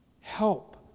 help